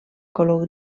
color